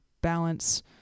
balance